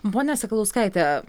ponia sakalauskaite